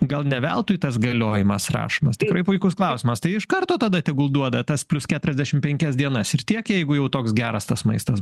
gal ne veltui tas galiojimas rašomas tikrai puikus klausimas tai iš karto tada tegul duoda tas plius keturiasdešimt penkias dienas ir tiek jeigu jau toks geras tas maistas